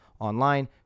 online